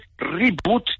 reboot